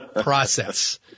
process